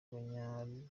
abanya